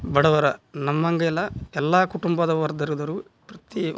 ಬಡವರ ನಮ್ಮಂತೆಲ್ಲ ಎಲ್ಲ ಕುಟುಂಬದವರೆದರು ಪ್ರತ್ಯೇ